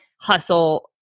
hustle